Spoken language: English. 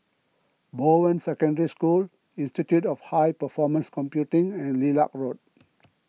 Bowen Secondary School Institute of High Performance Computing and Lilac Road